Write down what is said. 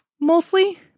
Mostly